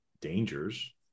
dangers